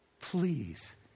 please